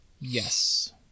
Yes